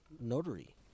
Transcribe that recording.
notary